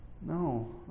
No